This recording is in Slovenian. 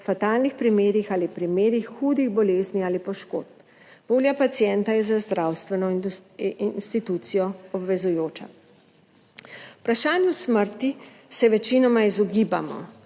fatalnih primerih ali primerih hudih bolezni ali poškodb. Volja pacienta je za zdravstveno institucijo obvezujoča. Vprašanju smrti se večinoma izogibamo,